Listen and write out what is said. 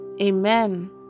Amen